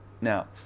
Now